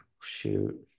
shoot